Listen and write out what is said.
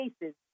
cases